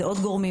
זה עוד גורמים,